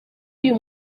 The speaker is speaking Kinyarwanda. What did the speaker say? uyu